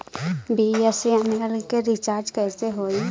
BSNL के recharge कैसे होयी?